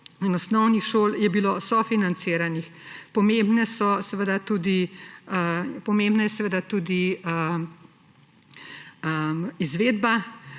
in osnovnih šol je bilo sofinanciranih. Pomembna je seveda tudi izvedba.